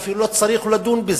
ואפילו לא צריך לדון בזה,